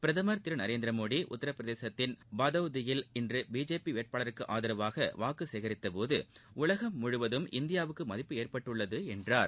பிரதமர் திரு நரேந்திர மோடி உத்தரப்பிரதேசத்தின் பாதோதியில் இன்று பிஜேபி வேட்பாளருக்கு ஆதரவாக வாக்கு சேகரித்தபோது உலகம் முழுவதும் இந்தியாவுக்கு மதிப்பு ஏற்பட்டுள்ளது என்றார்